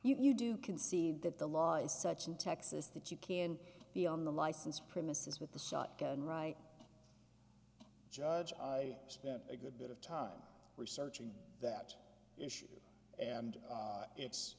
be you do concede that the law is such in texas that you can be on the license premises with the shotgun right judge i spent a good bit of time researching that issue and it's